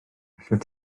allet